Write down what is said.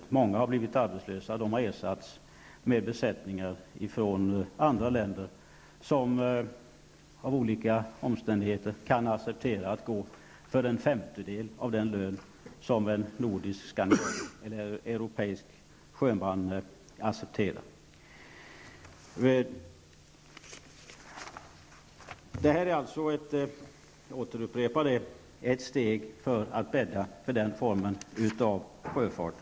Många har blivit arbetslösa, och de har ersatts med besättningar från andra länder som av olika anledningar kan acceptera att arbeta för en femtedel av den lön som en skandinavisk eller europeisk sjöman accepterar. Jag återupprepar att detta är ett steg för att bädda för denna form av sjöfart.